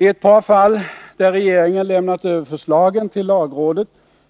I ett par fall där regeringen lämnat över förslagen till lagrådet